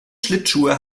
schlittschuhe